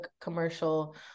commercial